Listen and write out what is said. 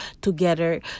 together